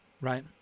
right